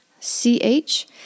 CH